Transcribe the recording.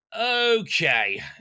Okay